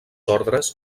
ordes